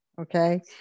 Okay